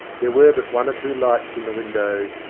there were but one or two lights in the windows,